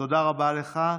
תודה רבה לך.